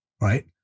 right